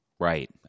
Right